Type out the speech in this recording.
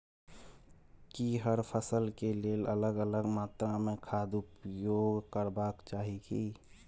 की हर फसल के लेल अलग अलग मात्रा मे खाद उपयोग करबाक चाही की?